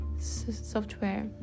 software